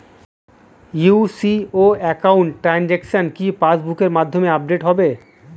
UCO account transaction কি পাস বুকের মধ্যে আপডেট হবে?